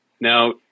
Now